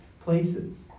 places